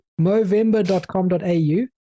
movember.com.au